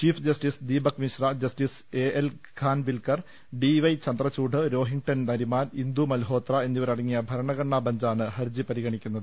chief justice Deepak Mishra justice A N Khanwilkar D Y Chandrachud Rohinton Nariman Indu Malhotra എന്നിവരടങ്ങിയ ഭരണഘടനാ ബഞ്ചാണ് ഹർജി പരിഗണിക്കുന്നത്